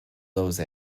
those